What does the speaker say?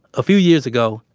a few years ago,